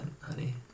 honey